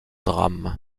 drame